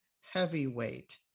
heavyweight